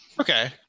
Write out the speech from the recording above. Okay